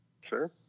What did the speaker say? Sure